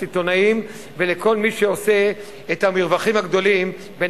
לסיטונאים ולכל מי שעושה את המרווחים הגדולים בין